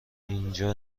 اینجا